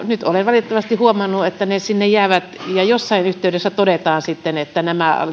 nyt olen valitettavasti huomannut että ne jäävät sinne ja jossain yhteydessä todetaan sitten että nämä